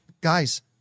Guys